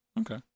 Okay